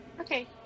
Okay